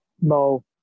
mo